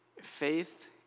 Faith